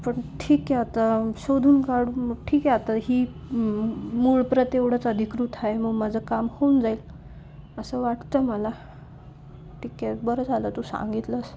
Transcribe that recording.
पण ठीक आहे आता शोधून काडून ठीक आहे आता ही मूळ प्रत एवढंच अधिकृत आहे मग माझं काम होऊन जाईल असं वाटतं मला ठीक आहे बरं झालं तू सांगितलंस